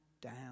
down